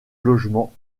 logements